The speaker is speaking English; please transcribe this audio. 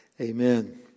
amen